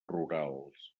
rurals